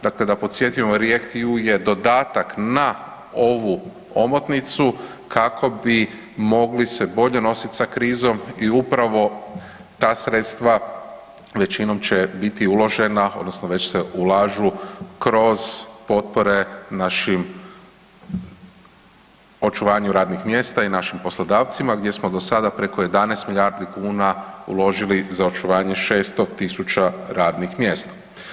Dakle, da podsjetimo REACT-EU je dodatak na ovu omotnicu kako bi se mogli bolje nositi sa krizom i upravo ta sredstva većinom će biti uložena odnosno već se ulažu kroz potpore našim očuvanju radnih mjesta i našim poslodavcima gdje smo do sada preko 11 milijardi kuna uložili za očuvanje 600.000 radnih mjesta.